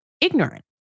ignorant